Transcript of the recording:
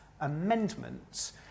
amendments